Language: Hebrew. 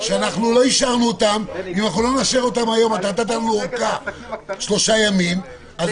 ואם לא נאשר היום - נתת ארכה שלושה ימים זה